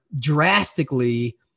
drastically